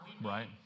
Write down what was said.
right